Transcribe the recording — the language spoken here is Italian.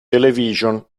television